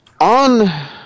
on